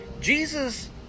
Jesus